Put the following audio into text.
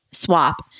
swap